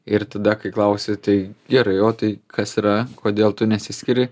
ir tada kai klausi tai gerai o tai kas yra kodėl tu nesiskiri